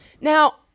Now